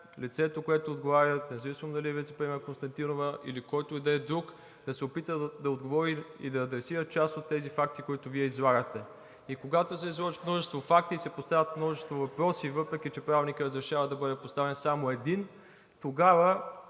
лицето, което отговаря – независимо дали е вицепремиерът Константинова, или който и да е друг, да се опита да отговори и да адресира част от тези факти, които Вие излагате. И когато се изложат множество факти, се поставят множество въпроси, въпреки че Правилникът разрешава да бъде поставен само един. Тогава